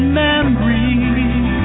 memories